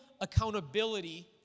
accountability